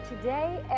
today